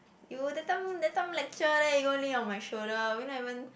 you that time that time lecture there you go lean on my shoulder we not even